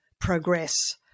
progress